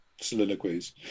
soliloquies